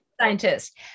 scientists